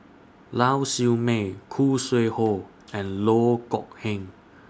Lau Siew Mei Khoo Sui Hoe and Loh Kok Heng